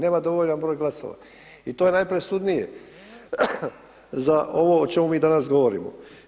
Nema dovoljan broj glasova i to je najpresudnije za ovo o čemu mi danas govorimo.